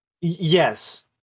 yes